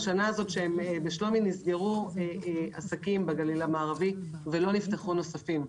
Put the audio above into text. בשנה הזאת נסגרו בשלומי ובגליל המערבי עסקים ולא נפתחו נוספים.